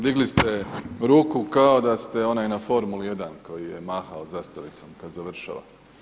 Digli ste ruku kao da ste onaj na formuli 1 koji je mahao zastavicom kad završava.